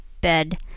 bed